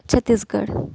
Chhattisgarh